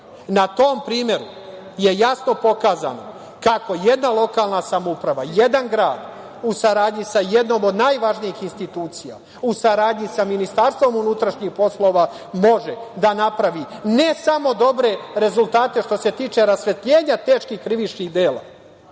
Na tom primeru je jasno pokazano kako jedna lokalna samouprava, jedan grad u saradnji sa jednom od najvažnijih institucija, u saradnji sa MUP-om, može da napravi, ne samo dobre rezultate, što se tiče rasvetljenja teških krivičnih dela,